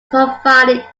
provided